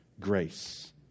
grace